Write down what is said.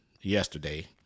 yesterday